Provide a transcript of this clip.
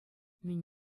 мӗн